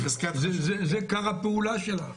זה עיקר הפעולה שלך.